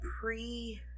pre